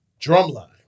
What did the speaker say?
Drumline